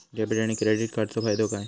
Debit आणि credit कार्डचो फायदो काय?